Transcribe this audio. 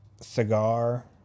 cigar